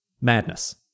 Madness